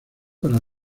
para